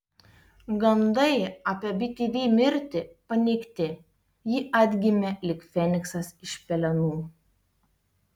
gandai apie btv mirtį paneigti ji atgimė lyg feniksas iš pelenų